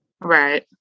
Right